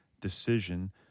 decision